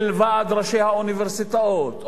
ועד ראשי האוניברסיטאות,